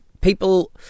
people